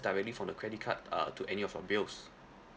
directly from the credit card uh to any of your bills